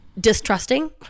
distrusting